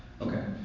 Okay